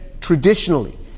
traditionally